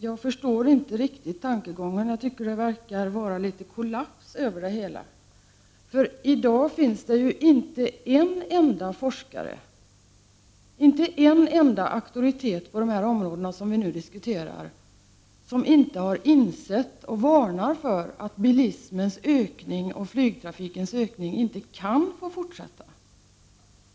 Jag förstår dock inte riktigt tankegången. Det verkar vara litet kollaps över det hela. I dag finns inte en enda forskare, inte en enda auktoritet på de områden som vi nu diskuterar, som inte har insett och varnat för att bilismens och flygtrafikens ökning inte kan få fortsätta.